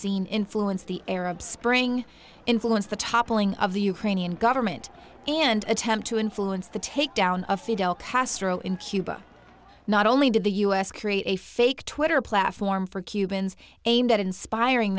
seen influence the arab spring influence the toppling of the ukrainian government and attempt to influence the takedown of fidel castro in cuba not only did the u s create a fake twitter platform for cubans aimed at inspiring